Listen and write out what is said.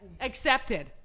accepted